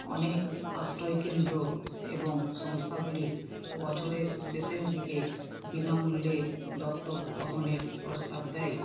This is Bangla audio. অনেক আশ্রয়কেন্দ্র এবং সংস্থাগুলি বছরের শেষের দিকে বিনামূল্যে দত্তক গ্রহণের প্রস্তাব দেয়